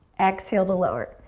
exhale to lower.